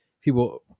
people